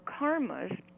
karmas